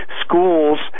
schools